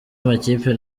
makipe